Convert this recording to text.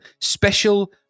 special